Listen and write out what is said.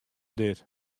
dit